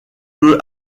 peu